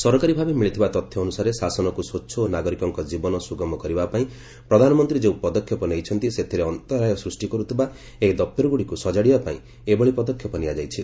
ସରକାରୀ ଭାବେ ମିଳିଥିବା ତଥ୍ୟ ଅନୁସାରେ ଶାସନକୁ ସ୍ୱଚ୍ଛ ଓ ନାଗରିକଙ୍କ ଜୀବନ ସୁଗମ କରିବା ପାଇଁ ପ୍ରଧାନମନ୍ତ୍ରୀ ଯେଉଁ ପଦକ୍ଷେପ ନେଇଛନ୍ତି ସେଥିରେ ଅନ୍ତରାୟ ସୃଷ୍ଟି କରୁଥିବା ଏହି ଦପ୍ତରଗୁଡ଼ିକୁ ସଜାଡ଼ିବା ପାଇଁ ଏଭଳି ପଦକ୍ଷେପ ନିଆଯାଇଛି